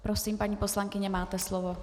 Prosím, paní poslankyně, máte slovo.